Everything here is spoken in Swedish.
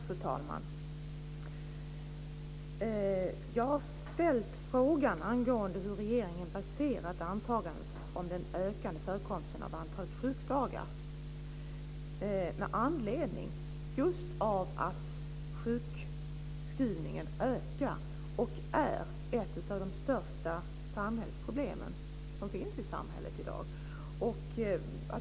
Fru talman! Jag har ställt frågan angående hur regeringen har baserat antagandet om den ökande förekomsten av antalet sjukdagar med anledning just av att sjukskrivningen ökar i omfattning och är ett av de största samhällsproblemen i dag.